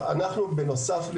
בנוסף,